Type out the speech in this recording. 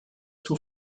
too